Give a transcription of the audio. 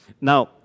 Now